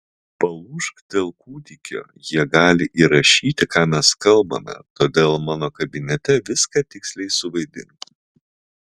palūžk dėl kūdikio jie gali įrašyti ką mes kalbame todėl mano kabinete viską tiksliai suvaidink